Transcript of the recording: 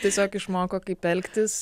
tiesiog išmoko kaip elgtis